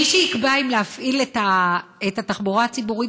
מי שיקבע אם להפעיל את התחבורה הציבורית